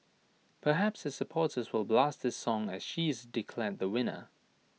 perhaps her supporters will blast this song as she is declared the winner